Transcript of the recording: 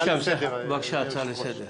בבקשה, הצעה לסדר.